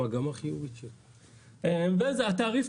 והתעריף,